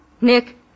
Nick